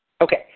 Okay